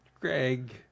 Greg